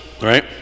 right